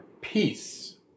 peace